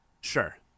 sure